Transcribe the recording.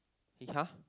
he !huh!